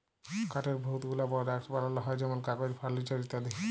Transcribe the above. কাঠের বহুত গুলা পরডাক্টস বালাল হ্যয় যেমল কাগজ, ফারলিচার ইত্যাদি